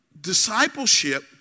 Discipleship